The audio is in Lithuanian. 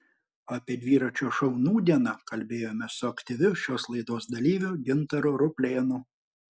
apie dviračio šou nūdieną kalbėjomės su aktyviu šios laidos dalyviu gintaru ruplėnu